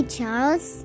Charles